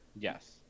Yes